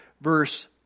verse